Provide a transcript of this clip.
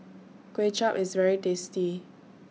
Kway Chap IS very tasty